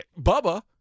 Bubba